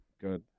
Good